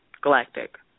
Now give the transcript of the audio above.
Galactic